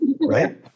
Right